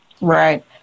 Right